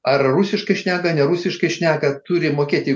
ar rusiškai šneka ne rusiškai šneka turi mokėti